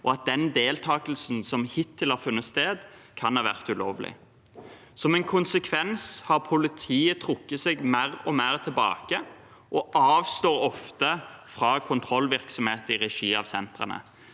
og at den deltakelsen som hittil har funnet sted, kan ha vært ulovlig. Som en konsekvens har politiet trukket seg mer og mer tilbake og avstår ofte fra kontrollvirksomhet i regi av sentrene.